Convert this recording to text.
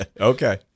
Okay